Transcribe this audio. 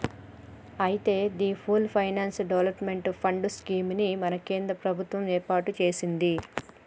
అయితే the full finance development fund scheme ని మన కేంద్ర ప్రభుత్వం ఏర్పాటు సెసింది